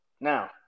Now